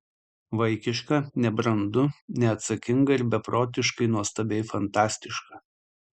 vaikiška nebrandu neatsakinga ir beprotiškai nuostabiai fantastiška